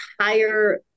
higher